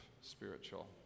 spiritual